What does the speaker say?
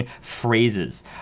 Phrases